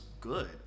good